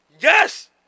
Yes